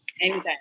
Anytime